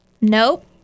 nope